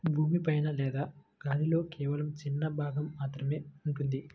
భూమి పైన లేదా గాలిలో కేవలం చిన్న భాగం మాత్రమే ఉంటుంది